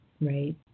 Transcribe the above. right